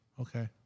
Okay